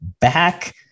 back